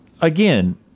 again